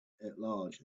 large